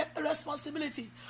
responsibility